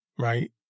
Right